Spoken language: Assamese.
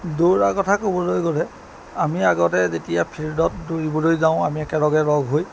দৌৰা কথা ক'বলৈ গ'লে আমি আগতে যেতিয়া ফিল্ডত দৌৰিবলৈ যাওঁ আমি একেলগে লগ হৈ